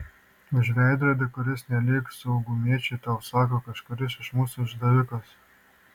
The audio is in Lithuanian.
už veidrodį kuris nelyg saugumiečiui tau sako kažkuris iš mūsų išdavikas